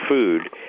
food